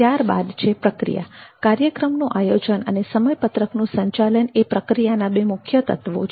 ત્યારબાદ છે પ્રક્રિયા કાર્યક્રમનું આયોજન અને સમય પત્રકનું સંચાલન એ પ્રક્રિયાના બે મુખ્ય તત્વો છે